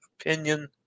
opinion